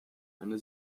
eine